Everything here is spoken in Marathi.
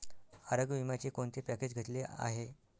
आरोग्य विम्याचे कोणते पॅकेज घेतले आहे?